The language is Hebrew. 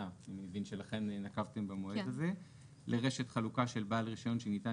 ואני מבין שלכן נקבתם במועד הזה - לרשת חלוקה של בעל רישיון שניתן